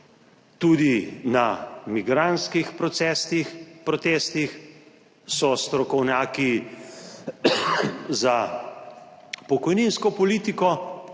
tudi na migrantskih protestih, so strokovnjaki za pokojninsko politiko